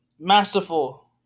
Masterful